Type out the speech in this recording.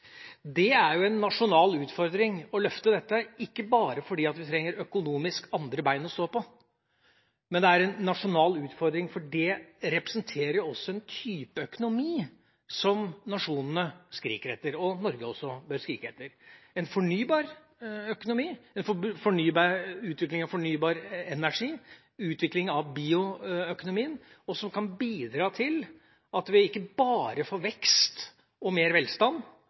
Det er en nasjonal utfordring å løfte dette, ikke bare fordi vi økonomisk trenger andre bein å stå på, men det er en nasjonal utfordring fordi det representerer en type økonomi som nasjonene skriker etter, og som Norge også bør skrike etter: en fornybar økonomi, utvikling av fornybar energi, utvikling av bioøkonomi – som kan bidra til at vi ikke bare får vekst, mer velstand, mer å leve av og mer å jobbe for, men at vi får en vekst og velstand